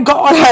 God